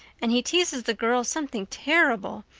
and he teases the girls something terrible.